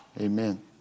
Amen